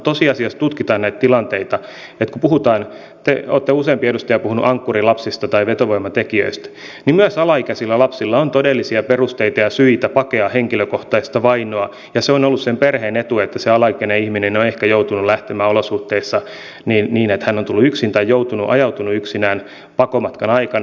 kun tosiasiassa tutkitaan näitä tilanteita ja kun useampi edustaja on puhunut ankkurilapsista tai vetovoimatekijöistä niin myös alaikäisillä lapsilla on todellisia perusteita ja syitä paeta henkilökohtaista vainoa ja se on ollut sen perheen etu että se alaikäinen ihminen on ehkä joutunut lähtemään olosuhteiden vuoksi niin että hän on tullut yksin tai ajautunut yksin pakomatkan aikana